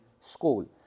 school